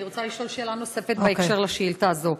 אני רוצה לשאול שאלה נוספת בהקשר של השאילתה הזאת.